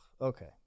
okay